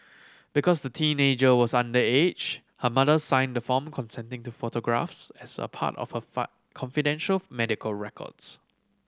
because the teenager was underage her mother signed the form consenting to photographs as a part of her fine confidential medical records